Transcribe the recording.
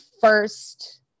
first